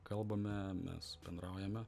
kalbame mes bendraujame